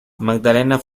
magdalena